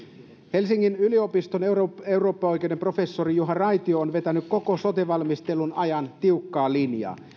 helsingin yliopiston eurooppaoikeuden professori juha raitio on vetänyt koko sote valmistelun ajan tiukkaa linjaa